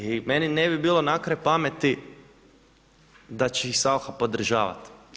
I meni ne bi bilo na kraj pameti da će ih Saucha podržavati.